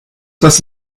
das